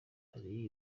hari